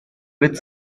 with